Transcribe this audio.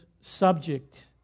subject